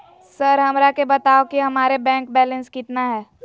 Sir हमरा के बताओ कि हमारे बैंक बैलेंस कितना है?